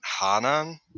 Hanan